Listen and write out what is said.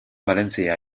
valentzia